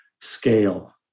scale